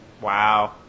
Wow